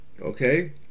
okay